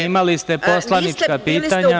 Imali ste poslanička pitanja…